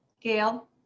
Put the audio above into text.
gail